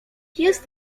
jest